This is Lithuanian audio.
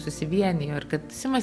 susivienijo ir kad simas